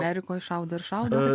amerikoj šaudo ir šaudo